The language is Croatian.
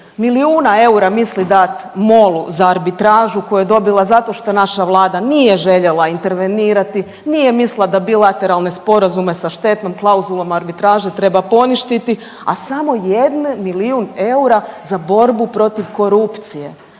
milijuna eura misli dat MOL-u za arbitražu koju je dobila zato što naša Vlada nije željela intervenirati, nije mislila da bilateralne sporazume sa štetnom klauzulom u arbitraži treba poništiti, a samo 1 milijun eura za borbu protiv korupcije